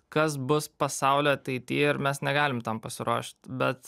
kas bus pasaulio ateity ir mes negalim tam pasiruošt bet